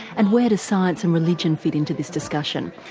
and where do science and religion fit into this discussion?